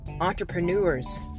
entrepreneurs